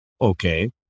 Okay